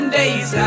days